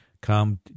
come